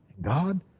God